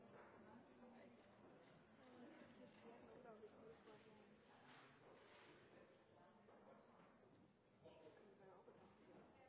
det ser vi, men jeg